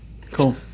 Cool